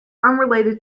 unrelated